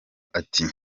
ati